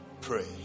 Pray